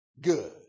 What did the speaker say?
good